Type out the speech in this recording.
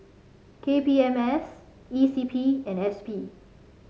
K P M S E C P and S P